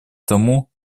тому